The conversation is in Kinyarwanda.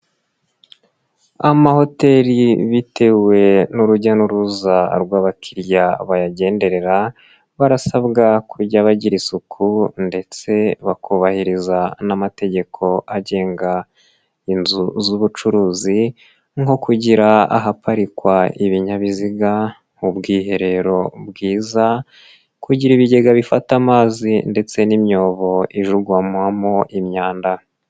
Amahoteri bitewe n'urujya n'uruza rw'abakiriya bayagenderera, barasabwa kujya bagira isuku ndetse bakubahiriza n'amategeko agenga inzu z'ubucuruzi nko kugira ahaparikwa ibinyabiziga, ubwiherero bwiza, kugira ibigega bifata amazi ndetse n'imyobo ijugunywamo imyanda.